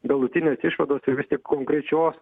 galutinės išvados ir vis tik konkrečios